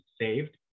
saved